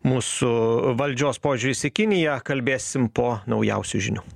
mūsų valdžios požiūris į kiniją kalbėsim po naujausių žinių